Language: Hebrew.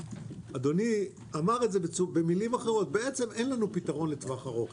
אדוני אמר את זה במילים אחרות שבעצם אין לנו פתרון לטווח ארוך.